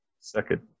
Second